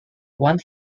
one